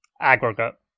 aggregate